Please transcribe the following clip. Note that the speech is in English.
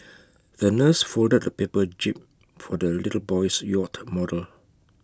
the nurse folded A paper jib for the little boy's yacht model